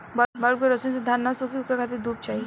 bulb के रौशनी से धान न सुखी ओकरा खातिर धूप चाही